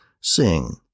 sing